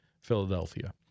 Philadelphia